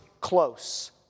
close